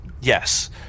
yes